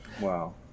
Wow